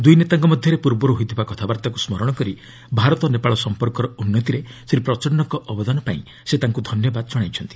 ଦୁଇ ନେତାଙ୍କ ମଧ୍ୟରେ ପୂର୍ବରୁ ହୋଇଥିବା କଥାବାର୍ତ୍ତାକୁ ସ୍କରଣ କରି ଭାରତ ନେପାଳ ସମ୍ପର୍କର ଉନ୍ନତିରେ ଶ୍ରୀ ପ୍ରଚଣ୍ଣଙ୍କ ଅବଦାନ ପାଇଁ ସେ ତାଙ୍କୁ ଧନ୍ୟବାଦ ଜଣାଇଛନ୍ତି